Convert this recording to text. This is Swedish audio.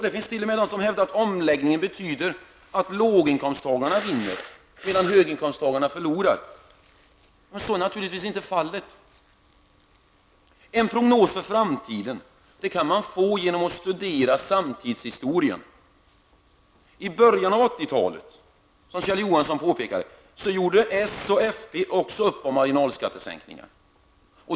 Det finns t.o.m. de som hävdar att omläggningen betyder att låginkomsttagarna vinner medan höginkomsttagarna förlorar. Så är naturligtvis inte fallet. En prognos för framtiden kan man få genom att studera samtidshistorien. I början på 80-talet, som Kjell Johansson påpekade, gjorde socialdemokraterna och folkpartiet också upp om marginalskattesänkningar.